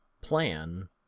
plan